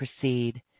proceed